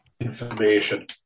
Information